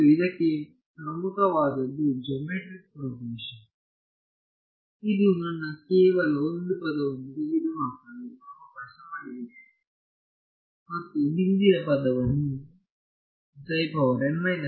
ಮತ್ತು ಇದಕ್ಕೆ ಪ್ರಮುಖವಾದುದು ಜಾಮೆಟ್ರಿಕ್ ಪ್ರೋಗ್ರೆಷನ್ ಇದು ನನಗೆ ಕೇವಲ ಒಂದು ಪದವನ್ನು ತೆಗೆದುಹಾಕಲು ಅವಕಾಶ ಮಾಡಿಕೊಟ್ಟಿತು ಮತ್ತು ಹಿಂದಿನ ಪದವನ್ನು ಎಂದು ತೋರಿಸಲು